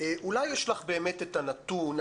אולי יש לך באמת את הנתון,